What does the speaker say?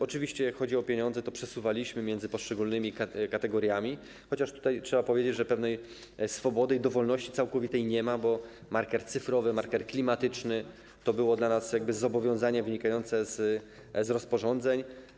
Oczywiście jeśli chodzi o pieniądze, przesuwaliśmy między poszczególnymi kategoriami, chociaż tutaj trzeba powiedzieć, że pewnej swobody, całkowitej dowolności nie ma, bo marker cyfrowy, marker klimatyczny to było dla nas zobowiązanie wynikające z rozporządzeń.